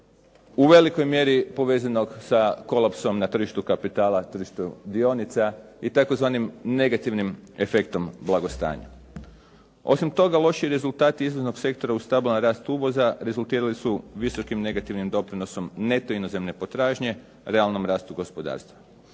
u velikoj mjeri povezanog sa kolapsom na tržištu kapitala, tržištu dionica i tzv. negativnim efektom blagostanja. Osim toga lošiji rezultati izvoznog sektora u stabilan rast uvoza rezultirali su visokim negativnim doprinosom neto inozemne potražnje u realnom rastu gospodarstva.